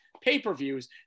pay-per-views